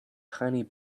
tiny